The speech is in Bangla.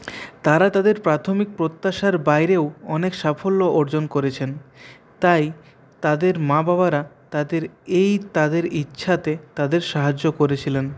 তারা তাঁদের প্রাথমিক প্রত্যাশার বাইরেও অনেক সাফল্য অর্জন করেছেন তাই তাঁদের মা বাবারা তাঁদের এই তাঁদের ইচ্ছাতে তাঁদের সাহায্য করেছিলেন